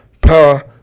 power